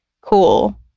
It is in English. cool